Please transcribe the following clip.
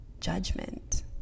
judgment